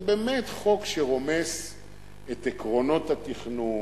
זה באמת חוק שרומס את עקרונות התכנון,